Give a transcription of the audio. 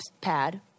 pad